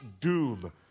doom